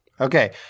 Okay